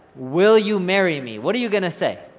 will you marry me? what are you gonna say